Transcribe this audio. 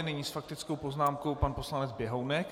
Nyní s faktickou poznámkou pan poslanec Běhounek.